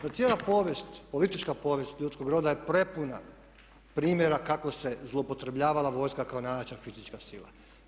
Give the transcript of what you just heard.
No cijela povijest, politička povijest ljudskog roda je prepuna primjera kako se zloupotrebljavala vojska kao najjača fizička sila.